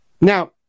Now